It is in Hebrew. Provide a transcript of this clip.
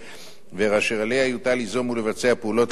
ואשר עליה יוטל ליזום ולבצע פעולות לאיתור נכסים,